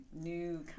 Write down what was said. new